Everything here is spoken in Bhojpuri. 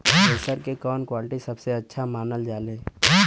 थ्रेसर के कवन क्वालिटी सबसे अच्छा मानल जाले?